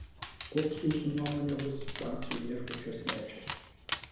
koks jūsų nuomone bus pacų viešbučio svečias